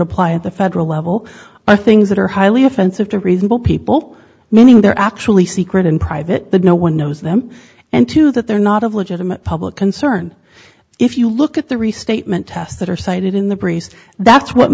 apply at the federal level by things that are highly offensive to reasonable people meaning they're actually secret in private that no one knows them and two that they're not of legitimate public concern if you look at the restatement tests that are cited in the priest that's what